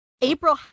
April